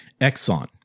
Exxon